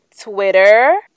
Twitter